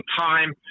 time